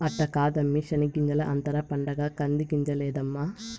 అట్ట కాదమ్మీ శెనగ్గింజల అంతర పంటగా కంది గింజలేద్దాము